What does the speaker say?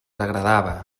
agradava